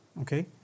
Okay